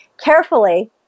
carefully